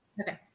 Okay